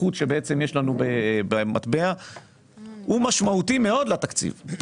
לפיחות שיש לנו במטבע - זה דבר שהוא משמעותי מאוד לתקציב.